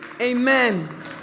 Amen